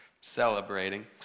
celebrating